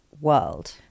world